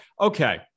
okay